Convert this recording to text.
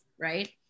Right